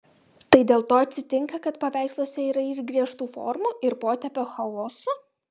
tai dėl to atsitinka kad paveiksluose yra ir griežtų formų ir potėpių chaoso